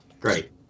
Great